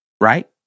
right